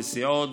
נסיעות,